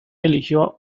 eligió